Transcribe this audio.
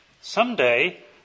Someday